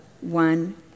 one